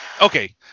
okay